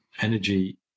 energy